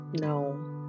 No